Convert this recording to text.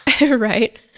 Right